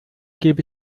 gebe